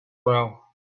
well